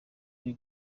ari